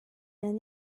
and